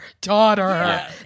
daughter